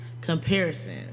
comparison